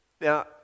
Now